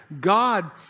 God